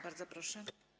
Bardzo proszę.